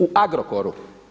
U Agrokoru.